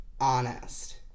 honest